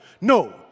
No